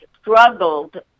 struggled